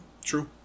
True